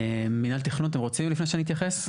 מינהל תכנון, אתם רוצים לפני שאני אתייחס?